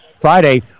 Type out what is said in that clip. Friday